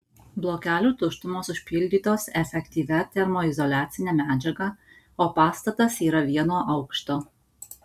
blokelių tuštumos užpildytos efektyvia termoizoliacine medžiaga o pastatas yra vieno aukšto